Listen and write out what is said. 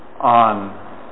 on